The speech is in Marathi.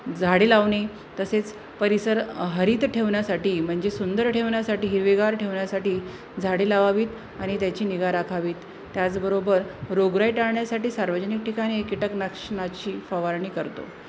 झाडे लावणे तसेच परिसर हरित ठेवण्यासाठी म्हणजे सुंदर ठेवण्यासाठी हिरवेगार ठेवण्यासाठी झाडे लावावीत आणि त्याची निगा राखावीत त्याचबरोबर रोगराई टाळण्यासाठी सार्वजनिक ठिकाणी कीटकनाश नाची फवारणी करतो